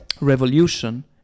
revolution